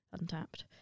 Untapped